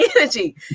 energy